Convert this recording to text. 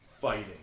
fighting